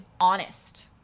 honest